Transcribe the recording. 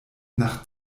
nach